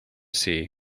sea